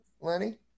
Lenny